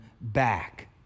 back